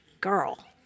girl